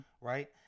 right